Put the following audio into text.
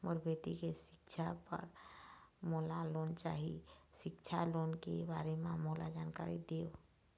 मोर बेटी के सिक्छा पर मोला लोन चाही सिक्छा लोन के बारे म मोला जानकारी देव?